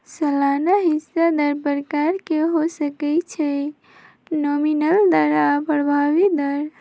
सलाना हिस्सा दर प्रकार के हो सकइ छइ नॉमिनल दर आऽ प्रभावी दर